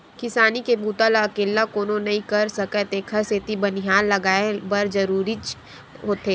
किसानी के बूता ल अकेल्ला कोनो नइ कर सकय तेखर सेती बनिहार लगये बर जरूरीच होथे